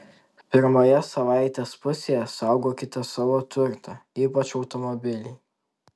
pirmoje savaitės pusėje saugokite savo turtą ypač automobilį